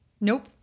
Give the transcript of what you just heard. Nope